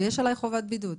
ויש עליי חובת בידוד,